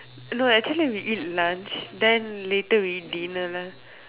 no actually we eat lunch then later we eat dinner lah